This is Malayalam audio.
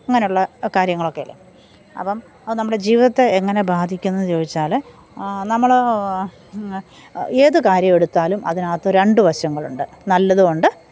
അങ്ങനെയുള്ള കാര്യങ്ങളൊക്കെ അല്ലേ അപ്പം അത് നമ്മുടെ ജീവിതത്തെ എങ്ങനെ ബാധിക്കുന്നു എന്ന് ചോദിച്ചാൽ നമ്മൾ ഏത് കാര്യം എടുത്താലും അതിനകത്ത് രണ്ട് വശങ്ങളുണ്ട് നല്ലതുമുണ്ട്